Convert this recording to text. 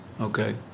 okay